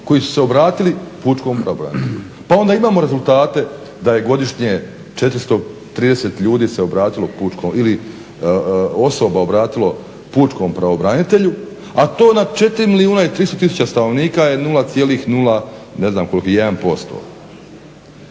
koji su se obratili pučkom pravobranitelju, pa onda imamo rezultate da je godišnje 430 ljudi se obratilo pučkom ili osoba obratilo pučkom pravobranitelju, a to na 4 milijuna i 300000 stanovnika je nula